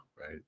right